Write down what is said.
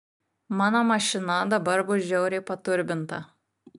mano mašina dabar bus žiauriai paturbinta